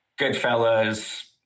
Goodfellas